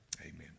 amen